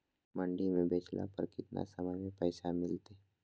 मंडी में बेचला पर कितना समय में पैसा मिलतैय?